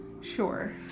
Sure